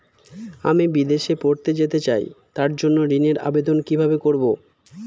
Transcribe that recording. আমি বিদেশে পড়তে যেতে চাই তার জন্য ঋণের আবেদন কিভাবে করব?